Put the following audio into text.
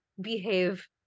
behave